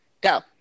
Go